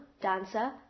dancer